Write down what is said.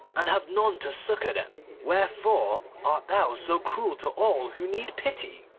and have none to succour them. wherefore art thou so cruel to all who need pity